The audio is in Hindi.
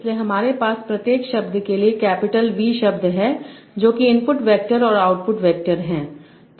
इसलिए हमारे पास प्रत्येक शब्द के लिए कैपिटल वी शब्द है जो कि इनपुट वेक्टर और आउटपुट वेक्टर है